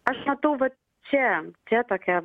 aš matau va čia čia tokia